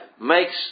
makes